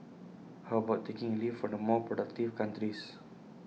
how about taking A leaf for the more productive countries